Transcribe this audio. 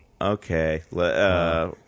Okay